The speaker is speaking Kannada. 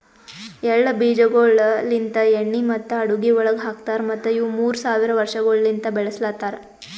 ಎಳ್ಳ ಬೀಜಗೊಳ್ ಲಿಂತ್ ಎಣ್ಣಿ ಮತ್ತ ಅಡುಗಿ ಒಳಗ್ ಹಾಕತಾರ್ ಮತ್ತ ಇವು ಮೂರ್ ಸಾವಿರ ವರ್ಷಗೊಳಲಿಂತ್ ಬೆಳುಸಲತಾರ್